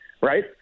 right